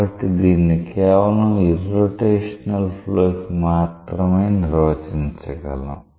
కాబట్టి దీన్ని కేవలం ఇర్రోటేషనల్ ఫ్లో కి మాత్రమే నిర్వచించగలం